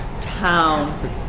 town